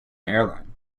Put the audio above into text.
airline